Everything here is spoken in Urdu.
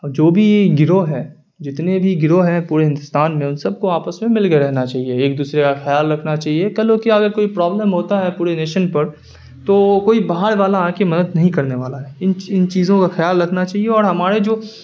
جو بھی گروہ ہے جتنے بھی گروہ ہیں پورے ہندوستان میں ان سب کو آپس میں مل کے رہنا چاہیے ایک دوسرے کا خیال رکھنا چاہیے کل ہو کہ اگر کوئی پرابلم ہوتا ہے پورے نیشن پر تو کوئی باہر والا آ کے مدد نہیں کرنے والا ہے ان چیزوں کا خیال رکھنا چاہیے اور ہمارے جو